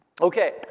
Okay